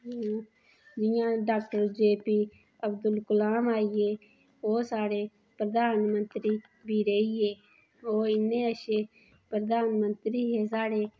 जि'यां डाॅ एपीजे अब्दुल कलाम आई गे ओह् साढ़े प्रधानमंत्री बी रेही गे ओह् इन्ने प्रधानमंत्री हे साढ़े